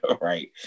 Right